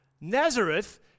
Nazareth